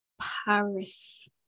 Paris